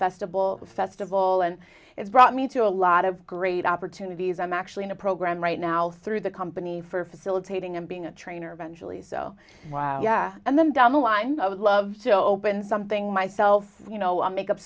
festival festival and it's brought me to a lot of great opportunities i'm actually in a program right now through the company for facilitating and being a trainer eventually so yeah and then down the line i would love to open something myself you know a makeup